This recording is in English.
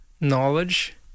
Knowledge